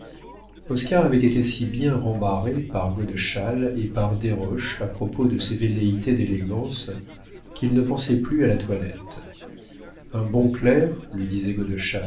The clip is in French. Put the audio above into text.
oscar avait été si bien rembarré par godeschal et par desroches à propos de ses velléités d'élégance qu'il ne pensait plus à la toilette un bon clerc lui disait